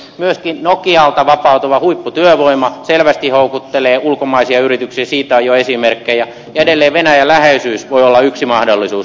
myöskin nokialta vapautuva huipputyövoima selvästi houkuttelee ulkomaisia yrityksiä siitä on jo esimerkkejä ja edelleen venäjän läheisyys voi olla yksi mahdollisuus